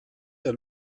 der